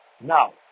Now